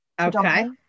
okay